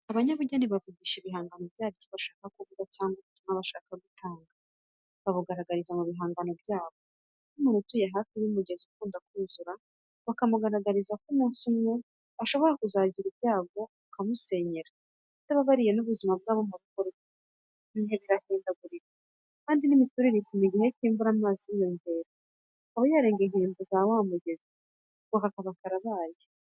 Abanyabugeni bavugisha ibihangano byabo. Icyo bashaka kuvuga cyangwa ubutumwa bashaka gutanga babugaragariza mu bihangano byabo. Nk'umuntu utuye hafi y'umugezi ukunda kuzura akamugaragariza ko umunsi umwe ashobora kuzagira ibyago ukamusenyera utababariye n'ubuzima bw'abo mu rugo rwe. Ibihe birahindagurika kandi n'imiturire ituma igihe cy'imvura amazi yiyongera, akaba yarenga inkombe za wa mugezi, ubwo kakaba karabaye.